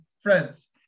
friends